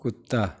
कुत्ता